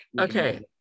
Okay